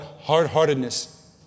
hard-heartedness